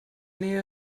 nähe